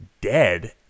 dead